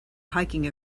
hiking